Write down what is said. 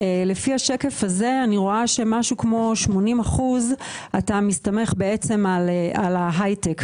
לפי השקף הזה אני רואה שמשהו כמו 80% אתה מסתמך על ההייטק,